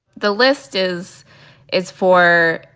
the list is is for,